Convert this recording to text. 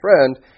friend